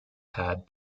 pad